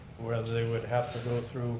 whether they would have to go through